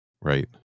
Right